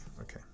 Okay